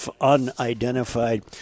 unidentified